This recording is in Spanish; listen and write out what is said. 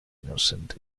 inocente